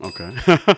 Okay